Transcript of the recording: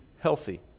healthy